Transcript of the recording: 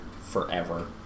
forever